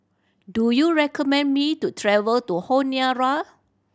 do you recommend me to travel to Honiara